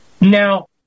now